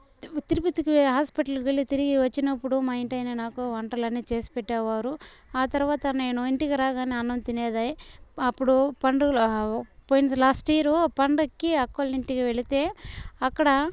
తిరుపతికి హాస్పిటల్కి వెళ్ళి తిరిగి వచ్చినప్పుడు మా ఇంటాయన నాకు వంటలన్నీ చేసి పెట్టేవారు ఆ తర్వాత నేను ఇంటికి రాగానే అన్నం తినేది అప్పుడు పండు పోయిన లాస్ట్ ఇయరు పండగకి అక్కోళ్ళింటికి వెళితే అక్కడ